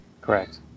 correct